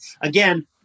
again